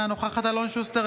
אינה נוכחת אלון שוסטר,